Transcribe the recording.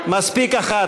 מספיק אחת,